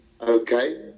okay